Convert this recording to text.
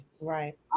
Right